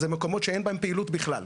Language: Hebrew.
זה מקומות שאין בהם פעילות בכלל,